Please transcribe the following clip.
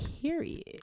period